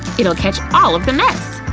it'll catch all of the mess!